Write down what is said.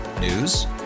News